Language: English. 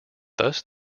thus